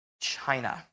China